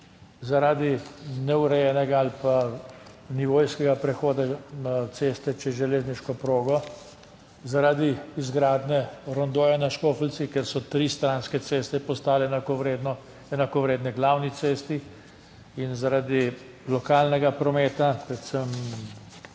zaradi neurejenega ali pa nivojskega prehoda na ceste čez železniško progo, zaradi izgradnje rondoja na Škofljici, ker so tri stranske ceste postale enakovredno, enakovredne glavni cesti in zaradi lokalnega prometa, predvsem